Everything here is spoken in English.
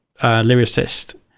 lyricist